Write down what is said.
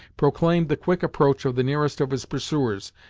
proclaimed the quick approach of the nearest of his pursuers,